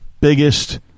biggest